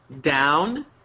down